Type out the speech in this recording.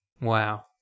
Wow